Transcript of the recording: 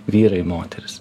vyrai moterys